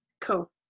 cool